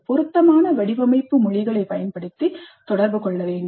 பொருத்தமான வடிவமைப்பு மொழிகளைப் பயன்படுத்தி தொடர்பு கொள்ளுங்கள்